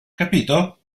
capito